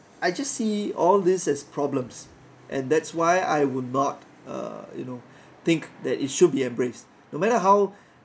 I just see all these as problems and that's why I would not uh you know think that it should be embraced no matter how